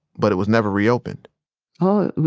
but it was never reopened oh.